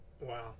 Wow